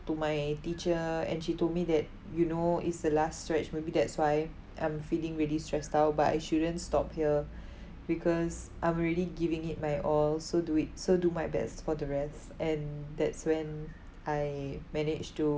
to my teacher and she told me that you know it's the last stretch maybe that's why I'm feeling really stressed out but I shouldn't stop here because I'm already giving it my all so do it so do my best for the rest and that's when I managed to